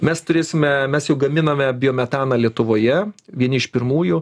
mes turėsime mes jau gaminame biometaną lietuvoje vieni iš pirmųjų